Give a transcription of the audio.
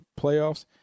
playoffs